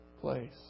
place